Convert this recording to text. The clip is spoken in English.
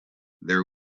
there